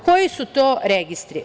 Koji su to registri?